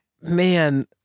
man